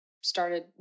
started